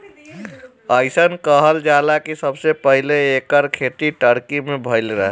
अइसन कहल जाला कि सबसे पहिले एकर खेती टर्की में भइल रहे